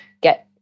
get